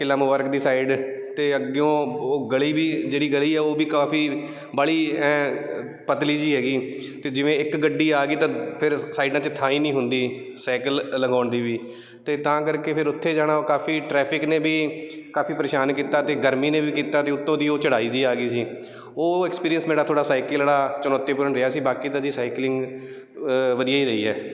ਕਿਲ੍ਹਾ ਮੁਬਾਰਕ ਦੀ ਸਾਈਡ 'ਤੇ ਅੱਗਿਓਂ ਉਹ ਗਲੀ ਵੀ ਜਿਹੜੀ ਗਲੀ ਆ ਉਹ ਵੀ ਕਾਫੀ ਬਾਹਲੀ ਐਂਹ ਪਤਲੀ ਜਿਹੀ ਹੈਗੀ ਅਤੇ ਜਿਵੇਂ ਇੱਕ ਗੱਡੀ ਆ ਗਈ ਤਾਂ ਫਿਰ ਸਾਈਡਾਂ 'ਚ ਥਾਂ ਹੀ ਨਹੀਂ ਹੁੰਦੀ ਸਾਈਕਲ ਲੰਘਾਉਣ ਦੀ ਵੀ ਅਤੇ ਤਾਂ ਕਰਕੇ ਫਿਰ ਉੱਥੇ ਜਾਣਾ ਕਾਫੀ ਟਰੈਫਿਕ ਨੇ ਵੀ ਕਾਫੀ ਪਰੇਸ਼ਾਨ ਕੀਤਾ ਅਤੇ ਗਰਮੀ ਨੇ ਵੀ ਕੀਤਾ ਅਤੇ ਉੱਤੋਂ ਦੀ ਉਹ ਚੜ੍ਹਾਈ ਜਿਹੀ ਆ ਗਈ ਸੀ ਉਹ ਐਕਸਪੀਰੀਅੰਸ ਮੇਰਾ ਥੋੜ੍ਹਾ ਸਾਇਕਲ ਵਾਲਾ ਚੁਣੌਤੀਪੂਰਨ ਰਿਹਾ ਸੀ ਬਾਕੀ ਤਾਂ ਜੀ ਸਾਈਕਲਿੰਗ ਵਧੀਆ ਹੀ ਰਹੀ ਹੈ